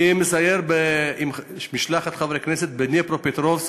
אני מסייר עם משלחת חברי כנסת בדנייפרופטרובסק,